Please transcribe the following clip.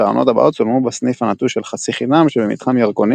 והעונות הבאות צולמו בסניף הנטוש של "חצי חינם" שבמתחם ירקונים